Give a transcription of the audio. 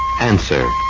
Answer